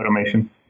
automation